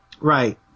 Right